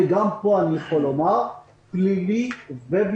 וגם פה אני יכול לומר פלילי ובטחוני.